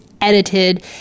edited